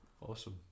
Awesome